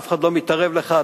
אף אחד לא מתערב לך,